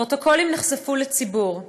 הפרוטוקולים נחשפו לציבור,